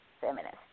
feminist